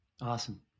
Awesome